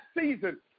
season